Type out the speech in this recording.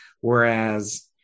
Whereas